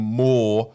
more